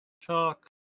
Chalk